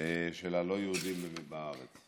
של הלא-יהודים בארץ.